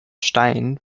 stein